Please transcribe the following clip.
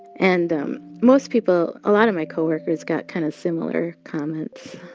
and um most people a lot of my co-workers got kind of similar comments,